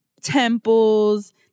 Temples